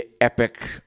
epic